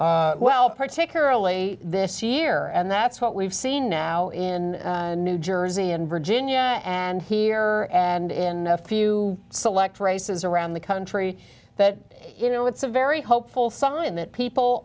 well particularly this year and that's what we've seen now in new jersey and virginia and here and in a few select races around the country that you know it's a very hopeful sign that people